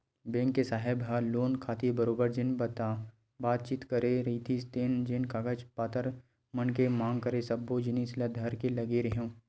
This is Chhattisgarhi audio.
बेंक के साहेब ह लोन खातिर बरोबर जेन बातचीत करे रिहिस हे जेन कागज पतर मन के मांग करे सब्बो जिनिस ल धर के लेगे रेहेंव